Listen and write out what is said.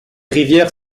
rivières